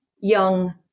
young